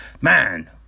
Man